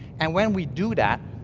and when we do that,